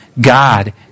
God